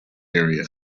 area